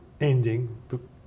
ending